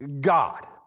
God